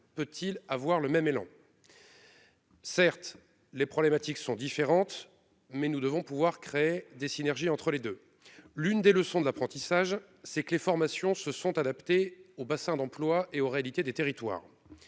peut-il connaître le même élan ? Certes, les problématiques sont différentes, mais nous devons pouvoir créer des synergies entre ces deux voies. L'une des leçons de l'apprentissage est que les formations se sont adaptées aux bassins d'emploi et aux réalités des territoires,